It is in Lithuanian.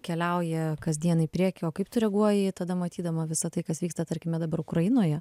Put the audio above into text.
keliauja kasdien į priekį o kaip tu reaguoji tada matydama visa tai kas vyksta tarkime dabar ukrainoje